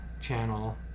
channel